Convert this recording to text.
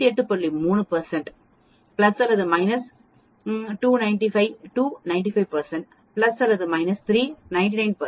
3 plus அல்லது minus 2 95 plus அல்லது minus 3 99